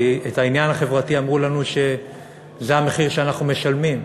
כי בעניין החברתי אמרו לנו שזה המחיר שאנחנו משלמים,